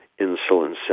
insulin